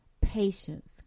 patience